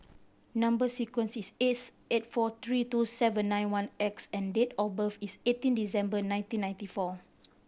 number sequence is S eight four three two seven nine one X and date of birth is eighteen December nineteen ninety four